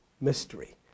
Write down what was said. mystery